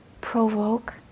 provoke